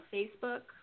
Facebook